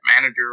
manager